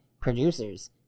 producers